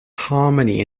harmony